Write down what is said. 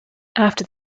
after